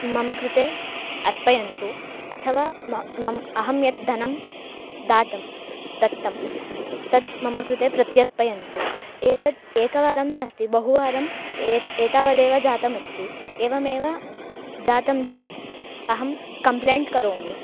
मम कृते अर्पयन्तु अथवा मम मम अहं यद् धनं दत्तं दत्तं तत् मम कृते प्रत्यर्पयन्तु एतत् एकवारं नास्ति बहुवारम् एवम् एतावदेव जातमस्ति एवमेव जातं चेत् अहं कम्ल्पेण्ट् करोमि